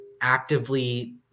actively